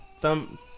thumb